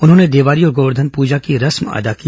उन्होंने देवारी और गोवर्धन पूजा की रस्म अदा की